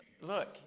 look